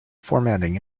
formatting